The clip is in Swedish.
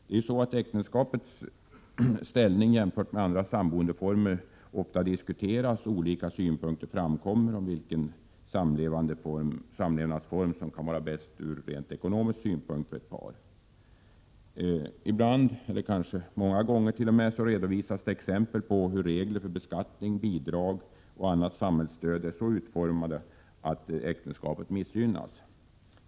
Det är ju så att äktenskapets ställning jämfört med andra samboendeformer ofta diskuteras, och olika synpunkter framkommer på vilken samlevnadsform som kan vara bäst ur rent ekonomisk synpunkt för ett par. Ibland eller kanske t.o.m. många gånger redovisas exempel på hur regler för beskattning, bidrag och annat samhällsstöd är så utformade att äktenskapet missgynnas.